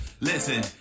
Listen